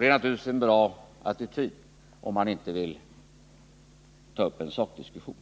Det är naturligtvis en bra attityd om man inte vill ta upp en sakdiskussion.